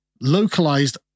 localized